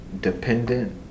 dependent